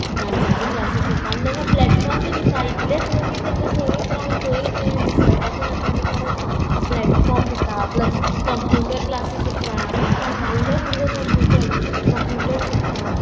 डांसाचे क्लासीस घेता आनी तेंकां प्लेटफॉर्म बी दिता इतलेंच न्हू की तेंकां थंयच रावन थंयच हें विसरपाचें ना तेंकां परत प्लेटफॉर्म दिता प्लस कंप्युटर क्लासीस आसा आतां जाल्लो भुरगो कंप्युटर कंप्युटर शिकता